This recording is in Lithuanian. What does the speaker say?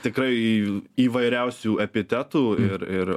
tikrai įvairiausių epitetų ir ir